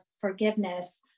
forgiveness